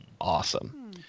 Awesome